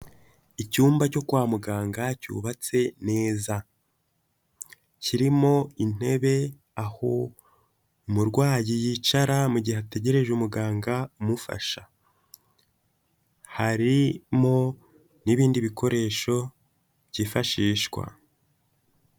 Icyumba cyo kwa muganga cyubatse neza, kirimo intebe aho umurwayi yicara mu gihe ategereje umuganga umufasha, harimo n'ibindi bikoresho byifashishwa.